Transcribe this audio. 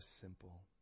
simple